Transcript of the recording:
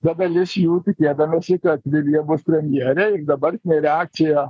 bet dalis jų tikėdamiesi kad vilija bus premjerė ir dabartinė reakcija